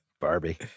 Barbie